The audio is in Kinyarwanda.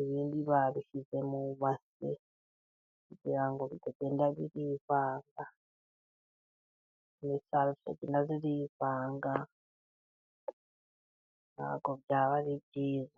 Ibindi babishyize mu ibase kugira ngo bitagenda byivanga, imisaruro itagenda yivanga, ntabwo byaba ari byiza.